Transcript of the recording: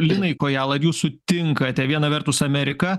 linai kojala ar jūs sutinkate viena vertus amerika